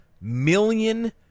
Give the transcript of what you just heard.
million